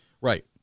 Right